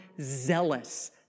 zealous